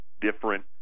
different